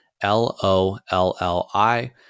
L-O-L-L-I